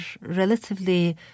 relatively